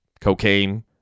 cocaine